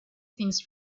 things